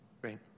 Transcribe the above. Great